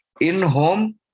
In-home